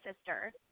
sister